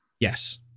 Yes